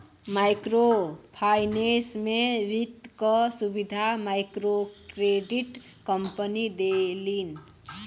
micro finance में वित्त क सुविधा मइक्रोक्रेडिट कम्पनी देलिन